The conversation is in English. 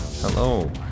Hello